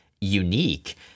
unique